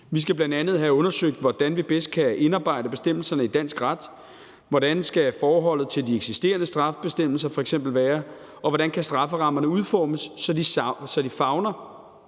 Vi skal bl.a. have undersøgt, hvordan vi bedst kan indarbejde bestemmelserne i dansk ret, hvordan forholdet til de eksisterende straffebestemmelser f.eks. skal være, og hvordan strafferammerne kan udformes, så de favner